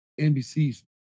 NBC's